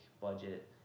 budget